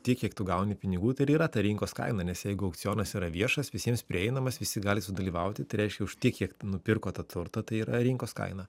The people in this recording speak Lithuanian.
tiek kiek tu gauni pinigų tai ir yra ta rinkos kaina nes jeigu aukcionas yra viešas visiems prieinamas visi gali sudalyvauti tai reiškia už tiek kiek nupirko tą turtą tai yra rinkos kaina